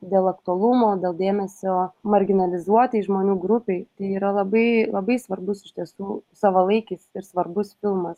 dėl aktualumo dėl dėmesio marginalizuotai žmonių grupei tai yra labai labai svarbus iš tiesų savalaikis ir svarbus filmas